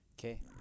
Okay